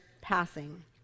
passing